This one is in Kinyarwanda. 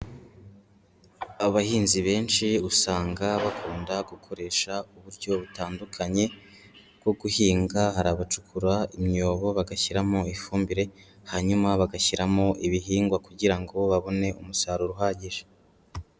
Abahinzi benshi usanga bakunda gukoresha uburyo butandukanye bwo guhinga, hari abacukura imyobo bagashyiramo ifumbire hanyuma bagashyiramo ibihingwa kugira ngo babone umusaruro uhagije.